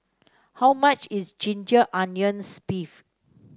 how much is Ginger Onions beef